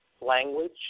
language